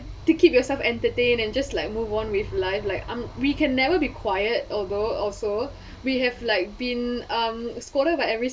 to keep yourself entertain and just like move on with life like um we can never be quiet although also we have like been um scolded by every